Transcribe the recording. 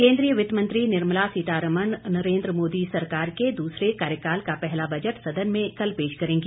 केंद्रीय वित्त मंत्री निर्मला सीतारमण नरेन्द्र मोदी सरकार के दूसरे कार्यकाल का पहला बजट सदन में पेश करेंगी